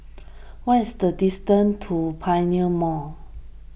what is the distance to Pioneer Mall